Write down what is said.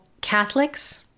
Catholics